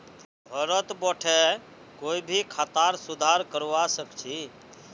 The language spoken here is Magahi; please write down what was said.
घरत बोठे कोई भी खातार सुधार करवा सख छि